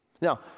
Now